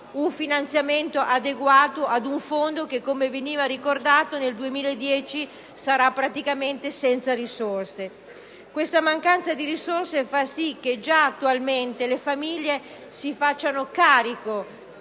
un finanziamento adeguato ad un fondo che, come veniva ricordato, nel 2010 sarà praticamente senza risorse. Questa mancanza di risorse fa sì che già attualmente le famiglie si debbono far